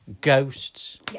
ghosts